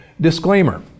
Disclaimer